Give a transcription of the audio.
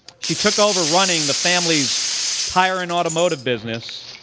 she took over running the family's tire and automotive business.